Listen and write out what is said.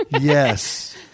yes